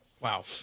Wow